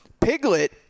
Piglet